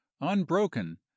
unbroken